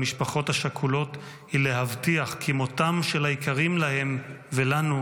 למשפחות השכולות היא להבטיח כי מותם של היקרים להם ולנו